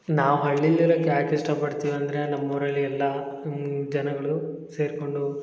ನಾವು ಹಳ್ಳೀಲಿ ಇರೋಕೆ ಯಾಕೆ ಇಷ್ಟಪಡ್ತೀವಂದರೆ ನಮ್ಮೂರಲ್ಲಿ ಎಲ್ಲ ಜನಗಳು ಸೇರ್ಕೊಂಡು